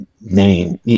name